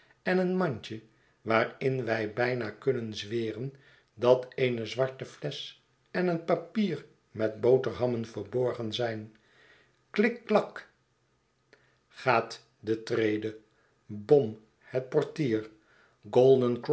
en een mandje waarin wij bijna kunnen zweren dat eene zwarte flesch en een papier met boterhammen verborgen zijn klikklak i gaat de trede bom het portier